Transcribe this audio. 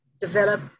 develop